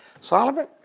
Solomon